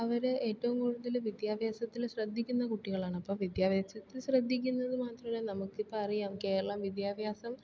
അവര് ഏറ്റവും കൂടുതല് വിദ്യാഭ്യാസത്തില് ശ്രദ്ധിക്കുന്ന കുട്ടികളാണ് അപ്പോൾ വിദ്യാഭ്യാസത്തില് ശ്രദ്ധിക്കുന്നത് മാത്രമല്ല നമുക്കിപ്പം അറിയാം കേരളം വിദ്യാഭ്യാസം